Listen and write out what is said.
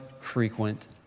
frequent